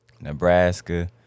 Nebraska